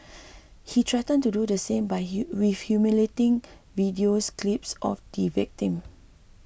he threatened to do the same with humiliating videos clips of the victim